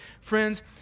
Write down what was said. Friends